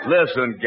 Listen